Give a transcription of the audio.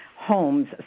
homes